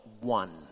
one